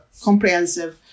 comprehensive